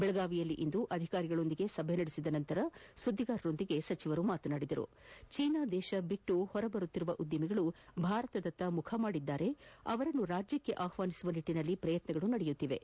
ಬೆಳಗಾವಿಯಲ್ಲಿಂದು ಅಧಿಕಾರಿಗಳೊಂದಿಗೆ ಸಭೆ ನಡೆಸಿದ ಬಳಿಕ ಸುದ್ದಿಗಾರರೊಂದಿಗೆ ಮಾತನಾಡಿದ ಸಚಿವರು ಚೈನಾ ದೇಶ ಬಿಟ್ಟು ಹೊರ ಬರುತ್ತಿರುವ ಉದ್ಯಮಿಗಳು ಭಾರತದತ್ತ ಮುಖಮಾದಿದ್ದು ಅವರನ್ನು ರಾಜ್ಯಕ್ಕೆ ಆಹ್ವಾನಿಸುವ ನಿಟ್ಟಿನಲ್ಲಿ ಪ್ರಯತ್ನಗಳು ಮುಂದುವರೆದಿವೆ